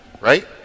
right